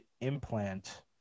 implant